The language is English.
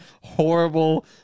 horrible